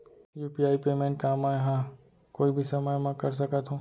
UPI payment का मैं ह कोई भी समय म कर सकत हो?